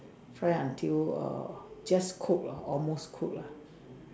fry until err just cook lor almost cook lah